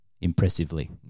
Impressively